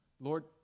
Lord